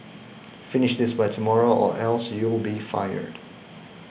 finish this by tomorrow or else you'll be fired